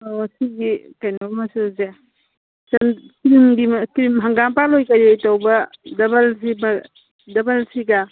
ꯑꯣ ꯁꯤꯒꯤ ꯀꯩꯅꯣ ꯃꯆꯨꯁꯦ ꯀ꯭ꯔꯤꯝ ꯍꯪꯒꯥꯝꯄꯥꯟ ꯑꯣꯏ ꯀꯩꯑꯣꯏ ꯇꯧꯕ ꯗꯕꯜꯁꯤꯒ